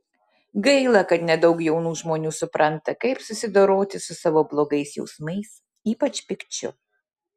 gaila kad nedaug jaunų žmonių supranta kaip susidoroti su savo blogais jausmais ypač pykčiu